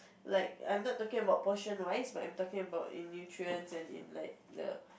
like I'm not talking about portion wise but I'm taking about in nutrients and in like the